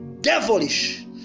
devilish